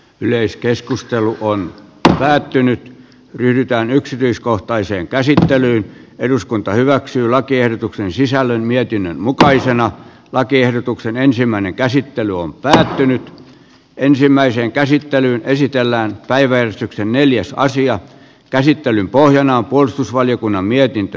yleiskeskustelu on päättynyt pyritään yksityiskohtaiseen käsittelyyn eduskunta hyväksyy lakiehdotuksen sisällön mietinnön mukaisena lakiehdotuksen ensimmäinen käsittely on päätynyt ensimmäisen käsittelyn esitellään päiväystyksen neljässä asian käsittelyn pohjana on puolustusvaliokunnan mietintö